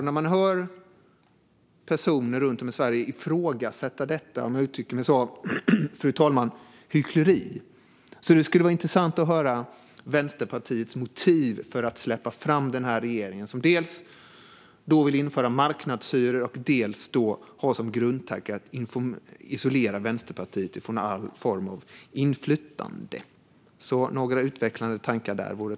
När man hör personer runt om i Sverige ifrågasätta detta hyckleri, om jag får uttrycka mig så fru talman, skulle det vara intressant att höra Vänsterpartiets motiv för att släppa fram denna regering, som dels vill införa marknadshyror, dels har som grundtanke att isolera Vänsterpartiet från alla former av inflytande.